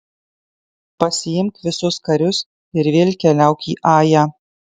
pasiimk visus karius ir vėl keliauk į ają